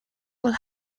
will